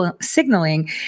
signaling